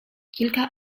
kilka